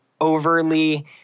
overly